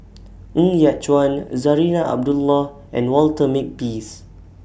Ng Yat Chuan Zarinah Abdullah and Walter Makepeace